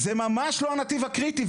זה ממש לא הנתיב הקריטי.